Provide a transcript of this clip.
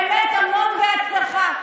באמת, המון בהצלחה.